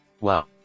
Wow